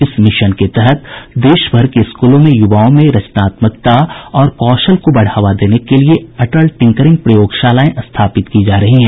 इस मिशन के तहत देशभर के स्कूलों में युवाओं में रचनात्मकता और कौशल को बढ़ावा देने के लिए अटल टिंकरिंग प्रयोगशालाएं स्थापित की जा रही हैं